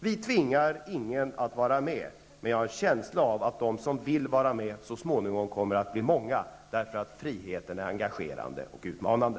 Vi tvingar ingen att vara med, men jag har en känsla av att de som vill vara med så småningom kommer att bli många, därför att friheten är engagerande och utmanande.